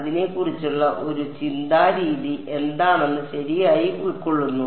അതിനെ കുറിച്ചുള്ള ഒരു ചിന്താരീതി എന്താണെന്ന് ശരിയായി ഉൾക്കൊള്ളുന്നു